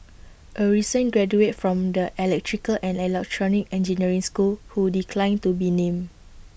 A recent graduate from the electrical and electronic engineering school who declined to be named